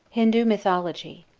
hindu mythology